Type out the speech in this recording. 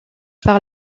par